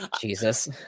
Jesus